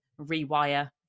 rewire